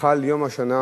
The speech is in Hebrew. חל יום השנה